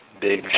big